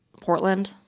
Portland